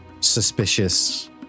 suspicious